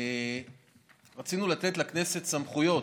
רצינו לתת לכנסת סמכויות,